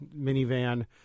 minivan